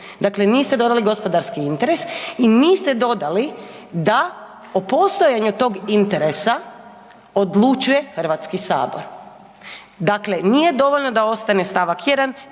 Dakle niste dodali gospodarski interes i niste dodali da u postojanju tog interesa odlučuje Hrvatski sabor. Dakle nije dovoljno da ostane stavak 1.,